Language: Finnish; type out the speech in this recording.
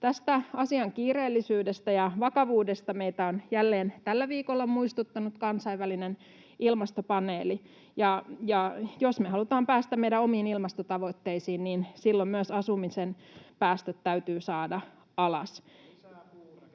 Tästä asian kiireellisyydestä ja vakavuudesta meitä on jälleen tällä viikolla muistuttanut kansainvälinen ilmastopaneeli, ja jos me halutaan päästä meidän omiin ilmastotavoitteisiin, niin silloin myös asumisen päästöt täytyy saada alas.